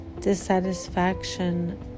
dissatisfaction